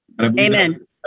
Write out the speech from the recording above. Amen